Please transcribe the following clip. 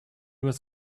was